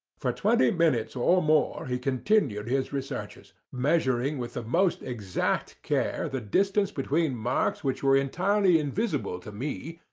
for twenty minutes or more he continued his researches, measuring with the most exact care the distance between marks which were entirely invisible to me,